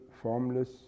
formless